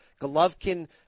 Golovkin